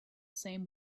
same